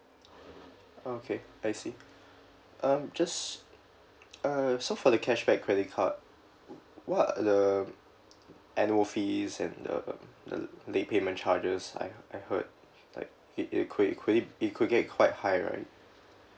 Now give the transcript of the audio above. ah okay I see um just uh so for the cashback credit card what're the annual fees and um the late payment charges I I heard that like it~ it could it could it it could get quite high right